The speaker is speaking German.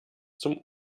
zum